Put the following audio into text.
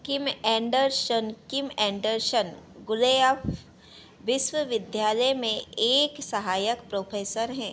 किम Anderson Kim Anderson Guelph विश्वविद्यालय में एक सहायक प्रोफ़ेसर हैं